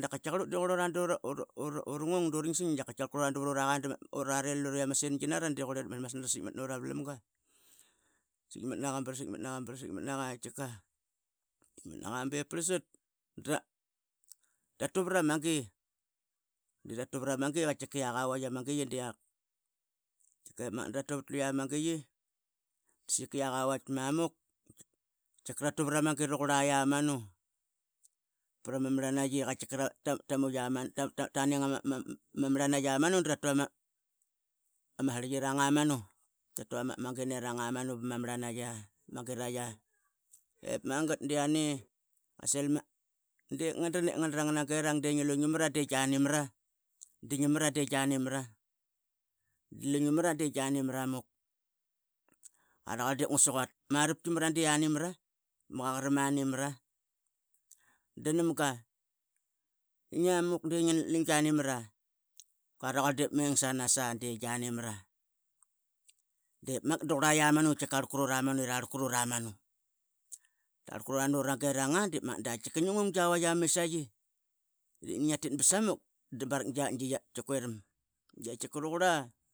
da katkika ut di qrlora durung durungsing dava rurari lura iama singi nara, masmasna ra satkmat naqa bra satkmat naka bra satkmat naka katkika bra satmat naka bip prlasat. Dra tu vra ma gi dra tu vra ma gi tkika ialk avaitk ama giyi diak, dip magat dra tu vat lnia ma giyi, da saiyika iak avaitk mamuk tkika rauqura lamanu pra ma marlanaiqi Taning ama marlanaiqi amanu dra tu ama srlyirang amanu ta tu ama gi nirang amanu ta tu vama giraiqi ama marlanaia, ta sil ma dip ngadan ip ngandra ngna girarang dingi lunga mara di gani mara di gani mara dingi lu gani maramuk. Ranqar di ngua siquat Arapki ani mara ma Qaqakaram ani mara danamga ngiamuk dili gani mara, qua rauqar dip ma Ingsanas di gani mara dip maget dakitkika rauqura la manno Tarlkait nuru girang dip magat dakatkika ngigung gia vaitk ama misaiqi dip nani ngia tit basa muk dip barak gatk di tkia quram de qaitki raqurla.